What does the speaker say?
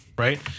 Right